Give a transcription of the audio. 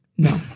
No